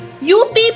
UP